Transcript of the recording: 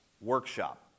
workshop